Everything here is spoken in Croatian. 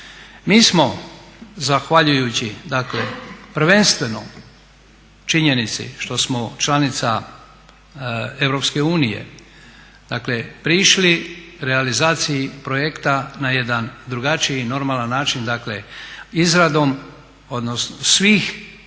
Mi smo zahvaljujući prvenstveno činjenici što smo članica EU prišli realizaciji projekta na jedan drugačiji normalan način, izradom svih potrebnih